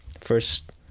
first